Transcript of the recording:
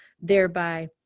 thereby